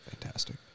fantastic